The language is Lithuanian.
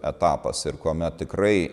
etapas ir kuomet tikrai